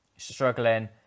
struggling